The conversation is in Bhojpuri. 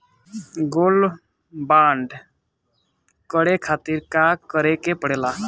गोल्ड बांड भरे खातिर का करेके पड़ेला?